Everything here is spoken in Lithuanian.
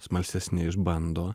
smalsesni išbando